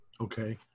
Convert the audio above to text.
Okay